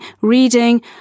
reading